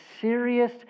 serious